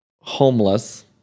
homeless